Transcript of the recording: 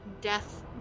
death